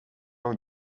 nog